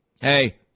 Hey